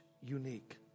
unique